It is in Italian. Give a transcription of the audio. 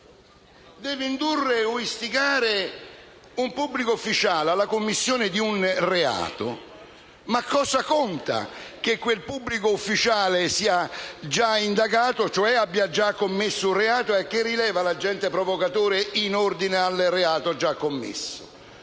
deve indurre o istigare un pubblico ufficiale alla commissione di un reato, cosa conta che quel pubblico ufficiale sia già indagato, vale a dire abbia già commesso un reato? E che rileva l'agente provocatore in ordine al reato già commesso?